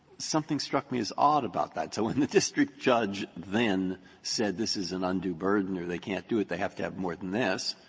something struck me as odd about that. so when the district judge then said this is an undue burden or they can't do it, they have to have more than this,